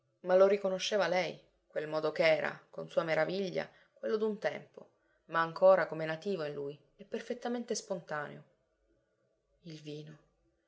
ma lo riconosceva lei quel modo ch'era con sua meraviglia quello d'un tempo ma ancora come nativo in lui e perfettamente spontaneo il vino